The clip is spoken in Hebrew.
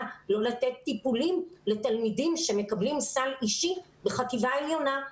לא לתת טיפולים לתלמידים שמקבלים סל בחטיבה העליונה.